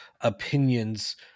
opinions